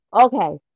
Okay